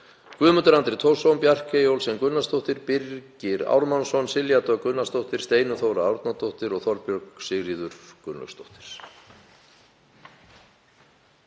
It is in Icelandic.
Guðmundur Andri Thorsson, Bjarkey Olsen Gunnarsdóttir, Birgir Ármannsson, Silja Dögg Gunnarsdóttir, Steinunn Þóra Árnadóttir og Þorbjörg Sigríður Gunnlaugsdóttir.